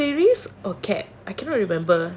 wait aquarius or capricorn I cannot remember